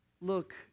look